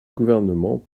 gouvernement